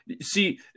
see